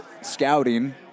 scouting